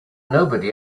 nobody